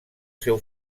seu